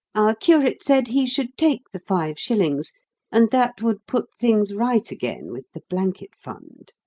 curate said he should take the five shillings and that would put things right again with the blanket fund.